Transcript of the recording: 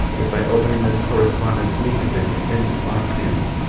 that by opening this correspondence we have been convinced of our sins,